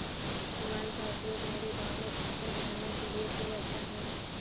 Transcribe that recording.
पुआल का उपयोग मेरे गांव में छप्पर बनाने के लिए किया जाता है